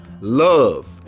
Love